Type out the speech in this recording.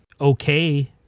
okay